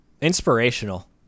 inspirational